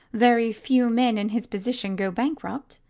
very few men in his position go bankrupt.